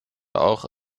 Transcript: auch